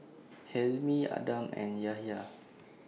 Hilmi Adam and Yahya